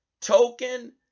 token